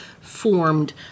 formed